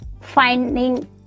finding